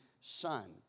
son